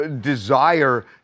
desire